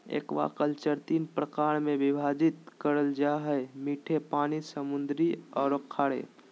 aquaculture तीन प्रकार में विभाजित करल जा हइ मीठे पानी, समुद्री औरो खारे